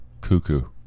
cuckoo